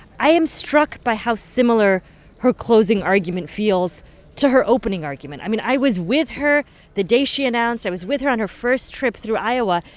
i am struck by how similar her closing argument feels to her opening argument. i mean, i was with her the day she announced. i was with her on her first trip through iowa.